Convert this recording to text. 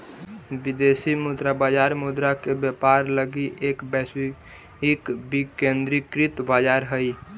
विदेशी मुद्रा बाजार मुद्रा के व्यापार लगी एक वैश्विक विकेंद्रीकृत बाजार हइ